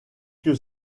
que